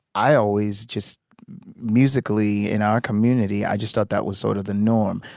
i always just musically in our community. i just thought that was sort of the norm,